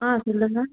ஆ சொல்லுங்கள்